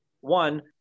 One